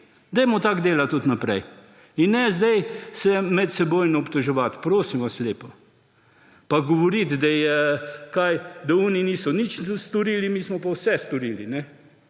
Dajmo tako delati tudi naprej. In ne zdaj se medsebojno obtoževati, prosim vas lepo. Pa govoriti, da je, kaj, da tisti niso nič storili, mi smo pa vse storili,